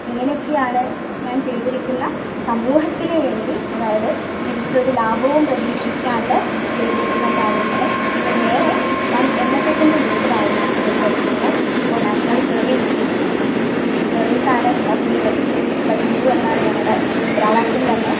ഇങ്ങനെയൊക്കെയാണ് ഞാൻ ചെയ്തിരിക്കുന്ന സമൂഹത്തിന് വേണ്ടി അതായത് തിരിച്ചൊരു ലാഭവും പ്രതീക്ഷിക്കാണ്ട് ചെയ്തിരിക്കുന്ന കാര്യങ്ങൾ പിന്നെ വേറെ ഞാൻ എൻ എസ് എസിന്റെ ലീഡറായിരുന്നു സ്കൂളിൽ പഠിക്കുമ്പോൾ ഇപ്പോൾ നാഷണൽ സർവ്വീസ് സ്കീം സർവ്വീസാണ് നോട്ട് മീ ബട്ട് യു എന്നാണ് ഞങ്ങളുടെ മുദ്രാവാക്യം തന്നെ